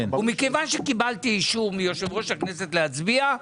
ומכיוון שקיבלתי אישור מיושב-ראש הכנסת להצביע,